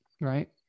right